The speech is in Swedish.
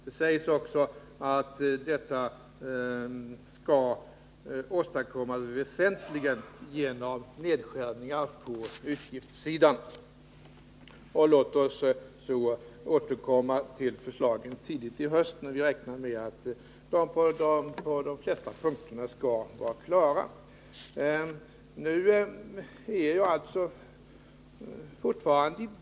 Det sägs också att detta väsentligen skall uppnås genom nedskärningar på utgiftssidan. Låt oss återkomma till förslagen tidigt i höst när vi räknar med att de på de flesta punkterna skall vara klara.